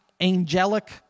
angelic